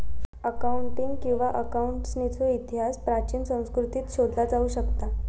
accounting किंवा अकाउंटन्सीचो इतिहास प्राचीन संस्कृतींत शोधला जाऊ शकता